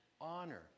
honor